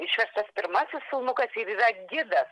išverstas pirmasis filmukas ir yra gidas